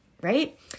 right